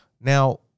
now